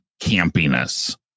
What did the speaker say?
campiness